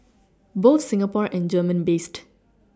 both Singapore and German based